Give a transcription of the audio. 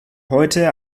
heute